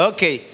Okay